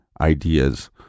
ideas